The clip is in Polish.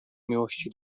miłości